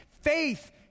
faith